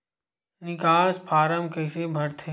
निकास फारम कइसे भरथे?